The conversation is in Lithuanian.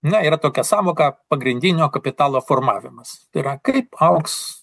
na yra tokia sąvoka pagrindinio kapitalo formavimas yra kaip augs